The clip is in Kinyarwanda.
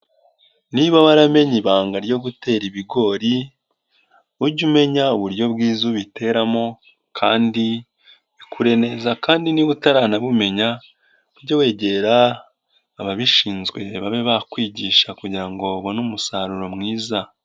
Niba waramenye ibanga ryo gutera ibigori, ujye umenya uburyo bwiza ubiteramo kandi bikure neza, kandi niba utaranabumenya ujye wegera ababishinzwe babe bakwigisha kugira ngo babone umusaruro mwiza.